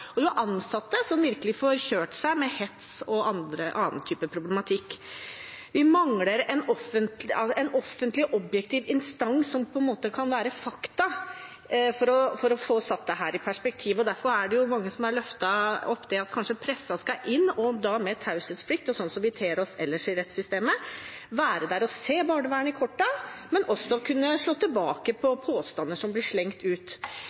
Og det er ansatte som virkelig får kjørt seg med hets og annen problematikk. Vi mangler en offentlig, objektiv instans som kan stå for fakta og få satt dette i perspektiv. Derfor er det mange som har løftet fram at kanskje pressen skal inn, med taushetsplikt, og sånn som vi ter oss ellers i rettssystemet, være der og se barnevernet i kortene, men også kunne slå tilbake påstander som blir slengt ut.